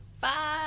Bye